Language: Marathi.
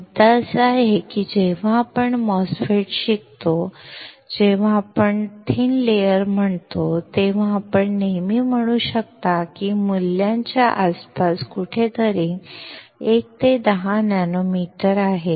मुद्दा असा आहे की जेव्हा आपण MOSFET शिकतो जेव्हा आपण पातळ थर म्हणतो तेव्हा आपण नेहमी म्हणू शकता की या मूल्याच्या आसपास कुठेतरी 1 ते 10 नॅनोमीटर आहे